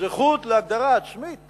זכות להגדרה עצמית